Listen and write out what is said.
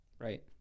right